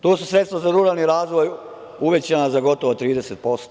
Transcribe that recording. To su sredstva za ruralni razvoj uvećana za gotovo 30%